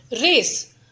Race